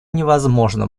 невозможно